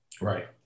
Right